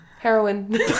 heroin